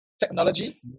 Technology